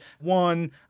one